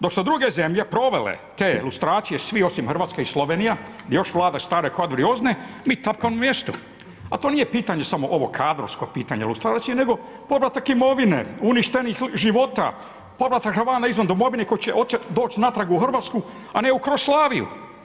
Dok su druge zemlje provele te lustracije svih osim Hrvatske i Slovenije gdje još vlada stare … mi tapkamo na mjestu, a to nije pitanje samo ovo kadrovsko pitanje lustracije, nego povratak imovine, uništenih života, povratak Hrvata izvan domovine hoće li doći natrag u Hrvatsku a ne u Jugoslaviju.